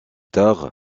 tard